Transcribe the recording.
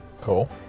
Cool